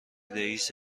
رئیس